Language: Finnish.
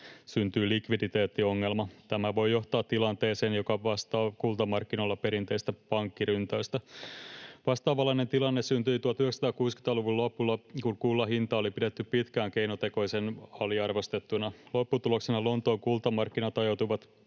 syntyy likviditeettiongelma. Tämä voi johtaa tilanteeseen, joka vastaa kultamarkkinoilla perinteistä pankkiryntäystä. Vastaavanlainen tilanne syntyi 1960-luvun lopulla, kun kullan hintaa oli pidetty pitkään keinotekoisen aliarvostettuna. Lopputuloksena Lontoon kultamarkkinat ajautuivat